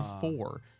four